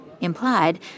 Implied